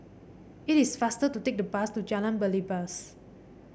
it is faster to take the bus to Jalan Belibas